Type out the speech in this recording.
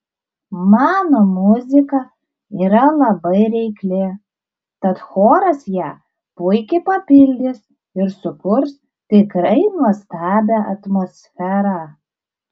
mano muzika yra labai reikli tad choras ją puikiai papildys ir sukurs tikrai nuostabią atmosferą